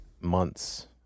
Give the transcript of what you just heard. months